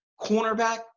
cornerback